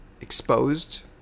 exposed